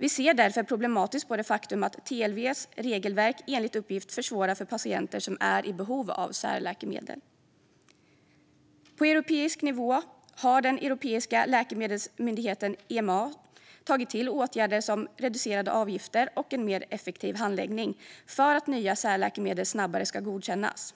Vi ser därför problematiskt på det faktum att TLV:s regelverk enligt uppgift försvårar för patienter som är i behov av särläkemedel. På europeisk nivå har den europeiska läkemedelsmyndigheten EMA tagit till åtgärder som reducerade avgifter och en mer effektiv handläggning för att nya särläkemedel snabbare ska godkännas.